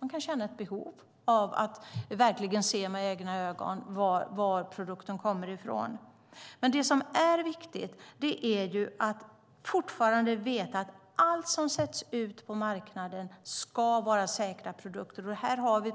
De känner ett behov av att se med egna ögon var produkten kommer från. Allt som sätts ut på marknaden ska vara säkra produkter, och här har vi